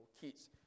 kids